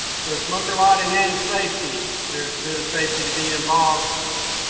so smoker lighting and safety. there's a bit of safety to be involved.